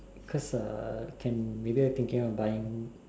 because uh can maybe I'm thinking of buying